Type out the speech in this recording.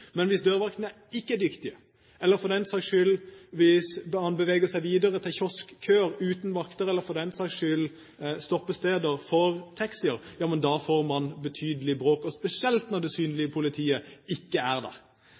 Men hvis dørvaktene ikke er dyktige, eller, for den saks skyld, hvis man beveger seg videre til kioskkøer uten vakter eller til stoppesteder for taxier, ja da får man betydelig bråk, spesielt når det synlige politiet ikke er